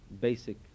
basic